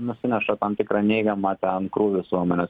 nusineša tam tikrą neigiamą ten krūvį visuomenės